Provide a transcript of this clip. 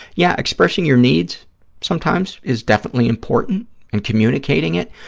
yeah, expressing your needs sometimes is definitely important and communicating it,